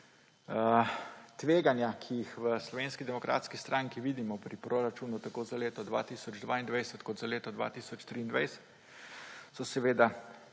Tveganja, ki jih v Slovenski demokratski stranki vidimo pri proračunu tako za leto 2022 kot za leto 2023, so seveda